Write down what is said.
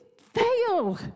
fail